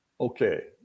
okay